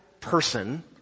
person